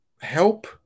help